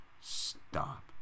Stop